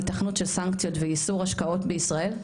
היתכנות של סנקציות ואיסור השקעות בישראל?